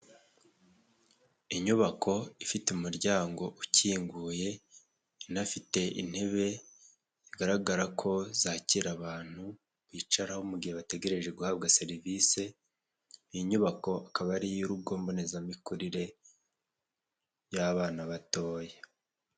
Inyubako ifite umuryango ukinguye, inafite intebe igaragara ko zakira abantu bicararaho mu gihe bategereje guhabwa serivisi. Iyi nyubako akaba ari iy'urugo mbonezamikurire y'abana batoya.